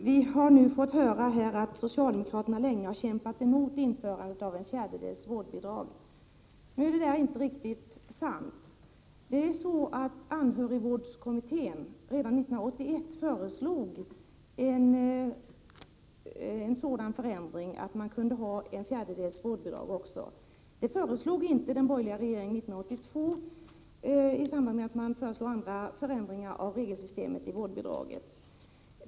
Herr talman! Vi har nu fått höra att socialdemokraterna länge har kämpat emot införandet av ett fjärdedels vårdbidrag. Det är inte riktigt sant. Anhörigvårdskommittén föreslog redan 1981 en sådan förändring att också ett fjärdedels vårdbidrag kunde utgå. Det föreslog inte den borgerliga regeringen 1982 i samband med att man genomförde andra förändringar i regelsystemet för vårdbidrag.